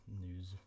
news